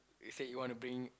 let's say you wanna bring